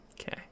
Okay